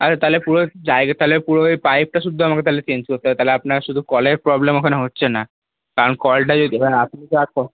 আচ্ছা তাহলে পুরো পুরো ওই পাইপটা সুদ্ধু আমাকে তাহলে চেঞ্জ করতে হবে তাহলে আপনার শুধু কলের প্রবলেম ওখানে হচ্ছে না কারন কলটাই যদি আপনি